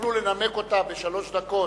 שתוכלו לנמק אותה בשלוש דקות